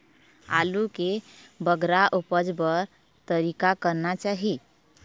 आलू के बगरा उपज बर का तरीका करना चाही?